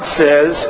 says